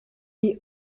die